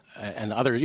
and other you